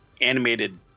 animated